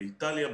באיטליה,